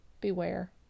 beware